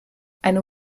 eine